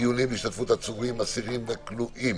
- דיונים בהשתתפות עצורים, אסירים וכלואים)